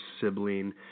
sibling